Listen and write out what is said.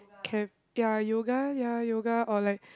can ya yoga ya yoga or like